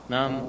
Nam